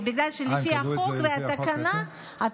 לפי החוק והתקנה.